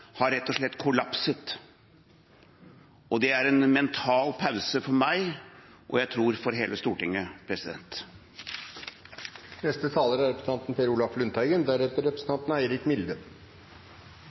har rett og slett kollapset. Det er en mental pause for meg, og jeg tror for hele Stortinget.